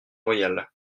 royal